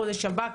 החודש הבא,